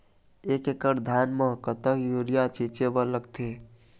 एक एकड़ धान म कतका यूरिया छींचे बर लगथे?